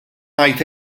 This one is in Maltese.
ngħid